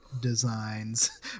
Designs